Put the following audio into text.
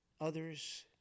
others